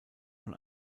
von